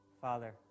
Father